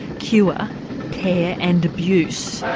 cure, care and abuse.